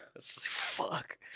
Fuck